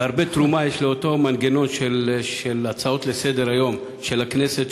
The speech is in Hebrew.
והרבה תרומה יש לאותו מנגנון של הצעות לסדר-היום של הכנסת,